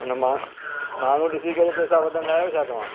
न माण्हू माण्हू ॾिसी करे पैसा वठंदा आहियो छा तव्हां